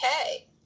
Okay